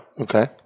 Okay